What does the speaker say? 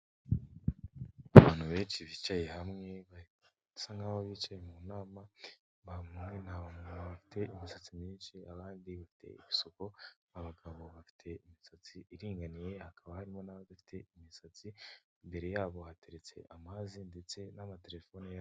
Abantu benshi bicaye hamwe basa nkaho bicaye mu nama ba nta muntu bafite imisatsi myinshi abandi bateye isuku abagabo bafite imisatsi iringaniye hakaba harimo n'abadafite imisatsi imbere yabo hateretse amazi ndetse n'amaterefone yabo.